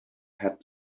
had